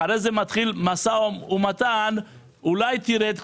אחרי זה מתחיל משא ומתן: אולי תרד קצת,